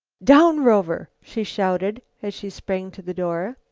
down, rover! she shouted, as she sprang to the door.